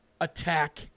attack